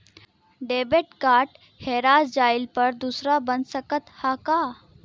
Debit card हेरा जइले पर दूसर बन सकत ह का?